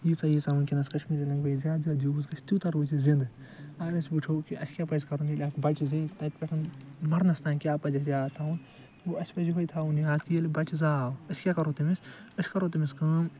یۭژاہ یۭژاہ ونکینَس کَشمیٖری لَنٛگویج زیاد زیاد یوٗز گَژھِ تیوتاہ روزِ یہِ زندٕ اگر أسۍ وٕچھو کہ اسہِ کیاہ پَزِ کَرُن ییٚلہِ اَسہِ بَچہِ زیٚوِ تتہِ پیٚٹھ مَرنَس تام کیاہ پَزِ اَسہِ یاد تھاوُن گوٚو اسہِ پَزِ یُہے تھاوُن کہ ییٚلہ بَچہِ زاو أسۍ کیاہ کرو تٔمِس أسۍ کرو تٔمِس کٲم